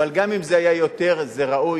אבל גם אם זה היה יותר, זה ראוי.